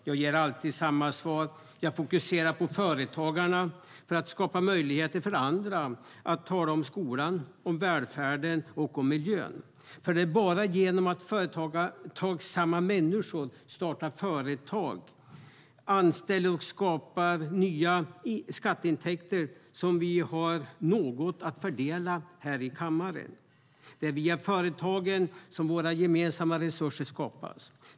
Jag ger alltid samma svar: Jag fokuserar på företagarna för att skapa möjligheter för andra att tala om skolan, om välfärden och om miljön, för det är bara genom att företagsamma människor startar företag, anställer och skapar nya skatteintäkter som vi har något att fördela här i kammaren. Det är via företagen som våra gemensamma resurser skapas.